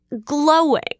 glowing